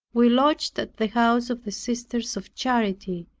we lodged at the house of the sisters of charity,